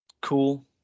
Cool